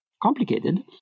complicated